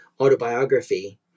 autobiography